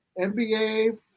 NBA